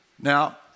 Now